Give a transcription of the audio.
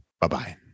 Bye-bye